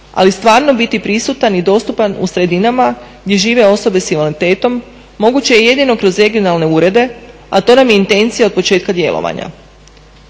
ali stvarno biti prisutan i dostupan u sredinama gdje žive osobe s invaliditetom moguće je jedino kroz regionalne urede, a to nam je intencija od početka djelovanja.